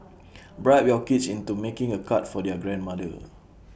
bribe your kids into making A card for their grandmother